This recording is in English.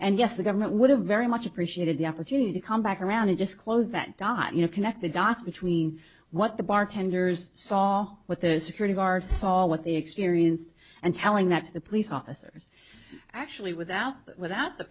and yes the government would have very much appreciated the opportunity to come back around and disclose that dot you know connect the dots between what the bartender's saw what the security guard saw what they experienced and telling that to the police officers actually without that without the